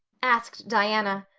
asked diana,